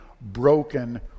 broken